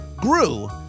grew